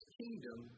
kingdom